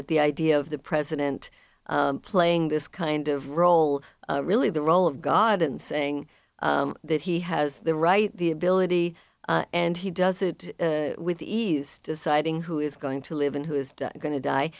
at the idea of the president playing this kind of role really the role of god and saying that he has the right the ability and he does it with ease deciding who is going to live and who is going to die